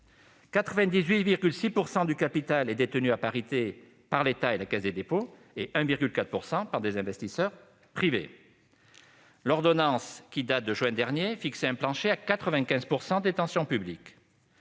98,6 % du capital est détenu à parité par l'État et la Caisse des dépôts, et 1,4 % par des investisseurs privés. L'ordonnance, qui date de juin dernier, fixait un plancher de 95 % à la détention publique.